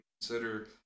consider